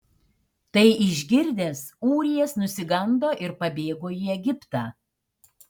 tai išgirdęs ūrijas nusigando ir pabėgo į egiptą